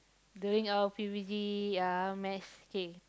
during our P_U_B_G uh mass K